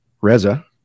Reza